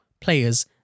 players